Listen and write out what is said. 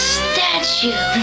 statue